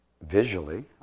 visually